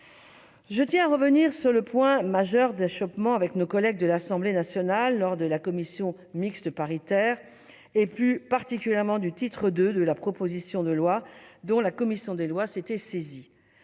Je tiens à revenir sur le point majeur d'achoppement avec nos collègues de l'Assemblée nationale lors de la commission mixte paritaire, et plus particulièrement sur le titre II de la proposition de loi, dont la commission des lois s'était saisie.